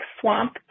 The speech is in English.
swamp